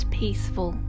peaceful